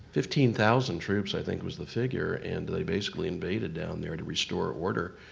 fifteen thousand troops, i think, was the figure. and they basically invaded down there to restore order.